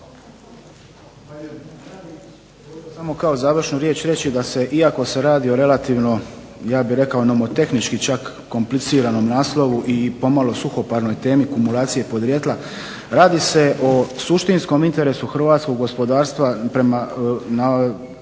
volio samo kao završnu riječ reći da se iako se radi o relativno ja bih rekao nomotehnički čak kompliciranom naslovu i pomalo suhoparnoj temi akumulacije podrijetla, radi se o suštinskom interesu hrvatskog gospodarstva prema,